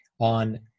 on